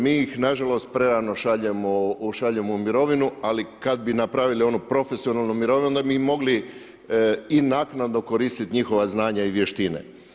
Mi ih nažalost prerano šaljemo u mirovinu, ali kada bi napravili onu profesionalnu mirovinu onda bi mi mogli i naknadno koristiti njihova znanja i vještine.